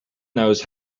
knows